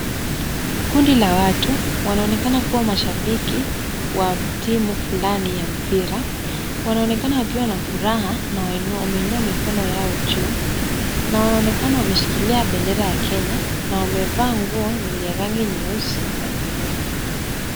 Kundi la watu wanaonekana kuwa mashabiki wa timu fulani ya mpira. Wanaonekana wakiwa na furaha na wameinua mikono yao juu na wanaonekana wameshikilia bendera ya Kenya na wamevaa nguo yenye rangi nyeusi na nyeupe.